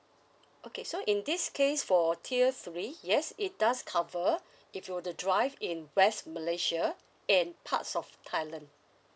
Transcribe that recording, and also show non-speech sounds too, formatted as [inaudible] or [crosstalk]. okay so in this case for tier three yes it does cover [breath] if you were to drive in west malaysia and parts of thailand